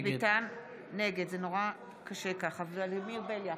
נגד ולדימיר בליאק,